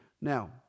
Now